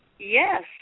Yes